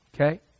Okay